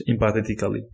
empathetically